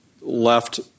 left